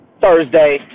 Thursday